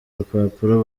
rupapuro